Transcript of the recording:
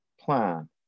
plan